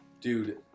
Dude